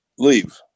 Leave